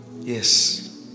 Yes